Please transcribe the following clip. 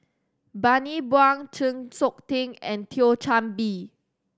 Bani Buang Chng Seok Tin and Thio Chan Bee